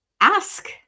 ask